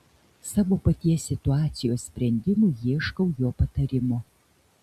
savo paties situacijos sprendimui ieškau jo patarimo